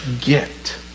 get